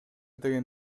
деген